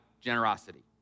generosity